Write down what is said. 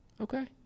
Okay